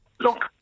Look